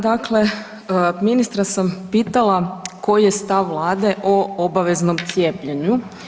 Dakle, ministra sam pitala koji je stav Vlade o obaveznom cijepljenju.